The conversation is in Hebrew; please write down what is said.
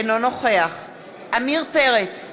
אינו נוכח עמיר פרץ,